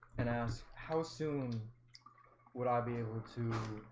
and ask how soon would i be able to?